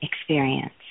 experience